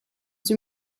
sie